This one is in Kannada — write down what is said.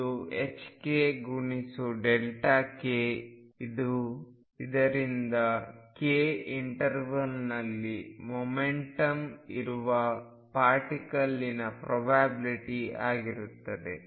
ಇದು ℏk ಗುಣಿಸು k ಇಂದ k ಇಂಟರ್ವಲ್ನಲ್ಲಿ ಮೊಮೆಂಟಮ್ ಇರುವ ಪಾರ್ಟಿಕಲ್ನ ಪ್ರೊಬ್ಯಾಬಿಲ್ಟಿ ಆಗಿರುತ್ತದೆ